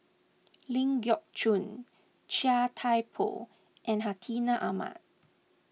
Ling Geok Choon Chia Thye Poh and Hartinah Ahmad